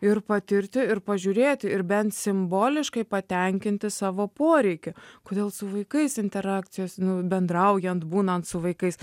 ir patirti ir pažiūrėti ir bent simboliškai patenkinti savo poreikį kodėl su vaikais interakcijos nu bendraujant būnant su vaikais